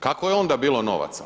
Kako je onda bilo novaca?